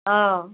অঁ